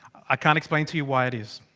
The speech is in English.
i can't explain to you why it is.